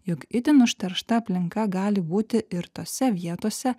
jog itin užteršta aplinka gali būti ir tose vietose